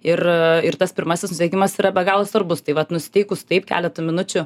ir ir tas pirmasis nusiteikimas yra be galo svarbus tai vat nusiteikus taip keleta minučių